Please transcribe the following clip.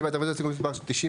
מי בעד רביזיה להסתייגות מספר 90?